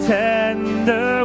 tender